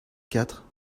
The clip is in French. quatre